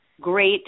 great